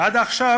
ועד עכשיו